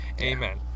amen